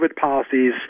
policies